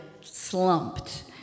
slumped